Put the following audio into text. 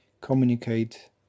Communicate